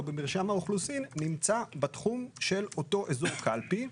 במרשם האוכלוסין נמצא בתחום של אותו אזור קלפי,